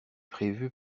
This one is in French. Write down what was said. prévue